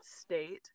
state